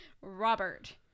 Robert